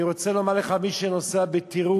אני רוצה לומר לך, מי שנוסע בטירוף,